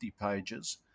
pages